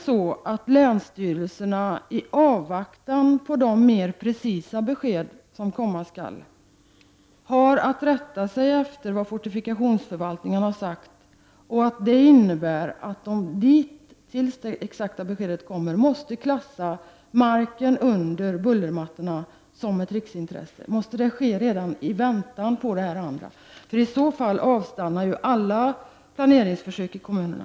Skall länsstyrelserna, i avvaktan på de mer precisa besked som komma skall, ha att rätta sig efter vad fortifikationsförvaltningen har sagt, och innebär det att de tills detta exakta besked kommer måste klassa marken under bullermattorna som ett riksintresse? Måste det ske redan i väntan på det andra? I så fall avstannar ju alla planeringsförsök i kommunerna.